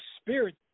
spirit